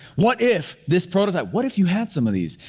what if, this prototype, what if you had some of these,